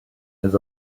his